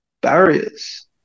barriers